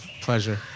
pleasure